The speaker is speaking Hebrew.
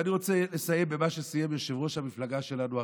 ואני רוצה לסיים במה שסיים יושב-ראש המפלגה שלנו,